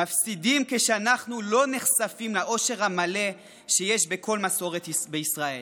מפסידים כשאנחנו לא נחשפים לעושר המלא שיש בכל מסורת בישראל.